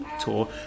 tour